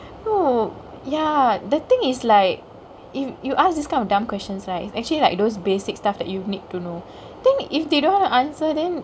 no ya the thingk is like if you ask this kind of dumb questions is actually like those basic stuff that you need to know then if they don't want to answer then